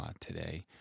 today